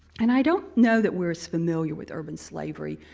and i don't know that we're as familiar with urban slavery,